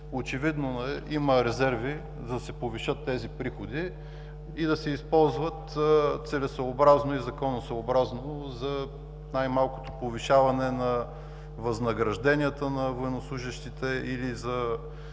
Очевидно има резерви, за да се повишат тези приходи и да се използват целесъобразно и законосъобразно за най малкото повишаване на възнагражденията на военнослужещите или за